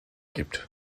gibt